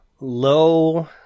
low